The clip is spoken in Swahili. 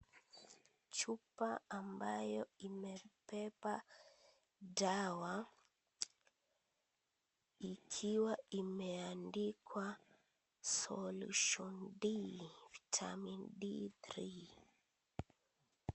Chupa ambayo imebeba dawa, ikiwa imeandikwa solution D vitamin D3